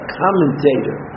commentator